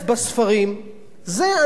זה ענף מרושש,